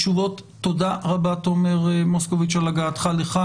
תודה רבה תומר מוסקוביץ על הגעתך לכאן,